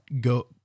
go